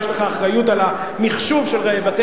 יש לך יש אחריות למחשוב של בתי-הספר